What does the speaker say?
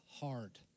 heart